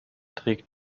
trägt